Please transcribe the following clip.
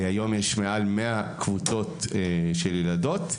היום יש מעל 100 קבוצות של ילדות,